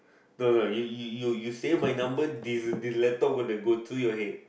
no no you you you you save my number the the laptop gonna go through your head